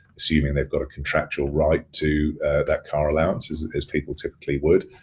assuming they've got a contractual right to that car allowance, as as people typically would.